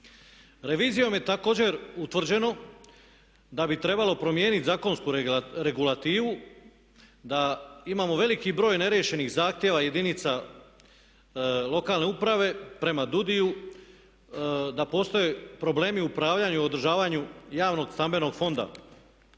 Revizijom je također utvrđeno da bi trebalo promijeniti zakonsku regulativu da imamo veliki broj neriješenih zahtjeva jedinica lokalne uprave prema DUDI-u, da postoje problemi u upravljanju, u održavanju javnog stambenog fonda.